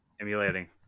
emulating